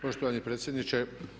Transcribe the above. Poštovani predsjedniče.